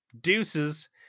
Deuces